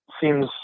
seems